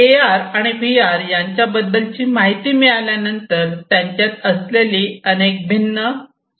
ए R आणि V R यांच्याबद्दल माहिती मिळाल्यानंतर त्यांच्यात असलेली अनेक भिन्न समानता पाहुयात